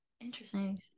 Interesting